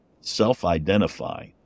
self-identify